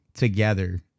together